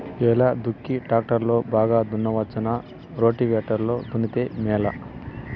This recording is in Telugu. ఎలా దుక్కి టాక్టర్ లో బాగా దున్నవచ్చునా రోటివేటర్ లో దున్నితే మేలా?